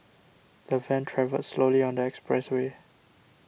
the van travelled slowly on the expressway